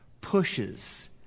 pushes